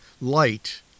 light